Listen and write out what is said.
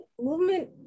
movement